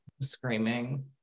Screaming